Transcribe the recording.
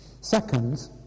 Second